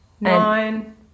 Nine